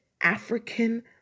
African